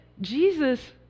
Jesus